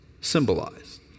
symbolized